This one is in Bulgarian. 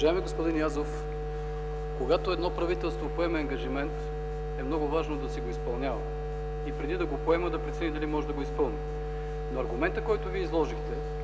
Уважаеми господин Язов, когато едно правителство поема ангажимент, е много важно да си го изпълнява и преди да го приема да прецени дали може да го изпълни. Аргументът, който Вие изложихте,